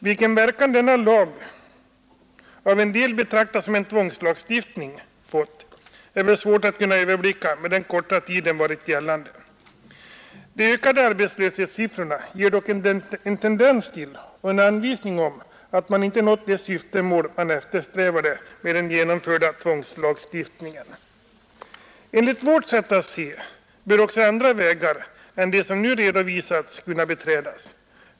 Vilken verkan denna lag — av en del betraktad som tvångslagstiftning — har fått är svårt att överblicka, eftersom den har varit i kraft mycket kort tid. De ökade arbetslöshetssiffrorna ger dock en anvisning om att man inte nått det syfte man eftersträvade med den genomförda två ngslagstiftningen. Enligt vårt sätt att se bör också andra vägar än de som nu redovisats kunna beträdas.